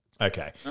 Okay